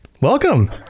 Welcome